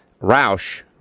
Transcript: Roush